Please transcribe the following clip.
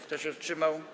Kto się wstrzymał?